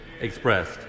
expressed